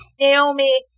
Naomi